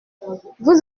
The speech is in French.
vous